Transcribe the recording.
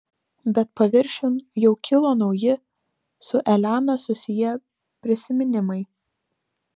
bet paviršiun jau kilo nauji su elena susiję prisiminimai